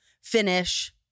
finish